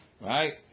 Right